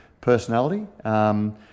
personality